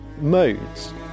modes